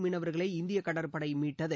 மீனவர்களை இந்திய கடற்படை மீட்டது